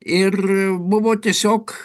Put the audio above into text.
ir buvo tiesiog